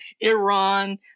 Iran